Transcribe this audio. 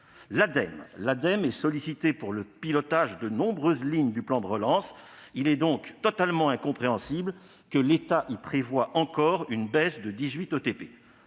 L'Ademe est sollicitée pour le pilotage de nombreuses lignes du plan de relance. Il est donc totalement incompréhensible que l'État y prévoie encore une baisse de 18 ETP.